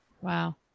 Wow